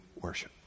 worship